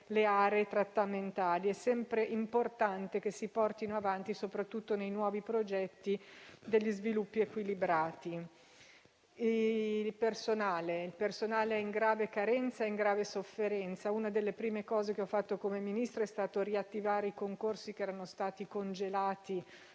le aree trattamentali. È sempre importante che si portino avanti, soprattutto nei nuovi progetti, degli sviluppi equilibrati. Il personale è in grave carenza e in grave sofferenza. Una delle prime cose che ho fatto, come Ministro, è stato riattivare i concorsi che erano stati congelati